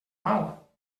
mal